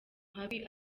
habi